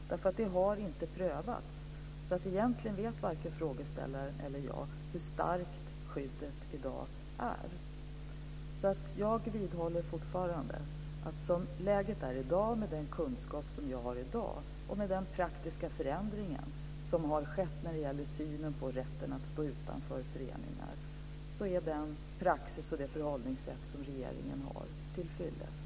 Detta har nämligen inte prövats, så egentligen vet varken frågeställaren eller jag hur starkt skyddet är i dag. Jag vidhåller fortfarande att som läget är i dag, med den kunskap som jag har i dag och med den praktiska förändring som har skett på synen på rätten att stå utanför föreningar så är den praxis och det förhållningssätt som regeringen har tillfyllest.